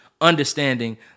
understanding